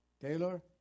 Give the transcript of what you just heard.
Taylor